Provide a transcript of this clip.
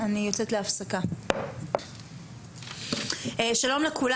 (הישיבה נפסקה בשעה 11:56 ונתחדשה בשעה 12:33.) שלום לכולם.